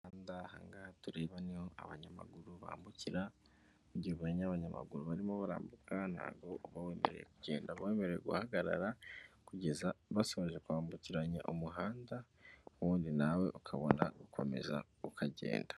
Umuhanda, ahangaha tureba niho abanyamaguru bambukira, mu gihe ubonye abanyamaguru barimo barambuka ntago uba wemerewe kugenda, uba wemerewe guhagarara kugeza basoje kwambukiranya umuhanda, ubundi nawe ukabona ugakomeza ukagenda.